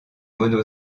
mono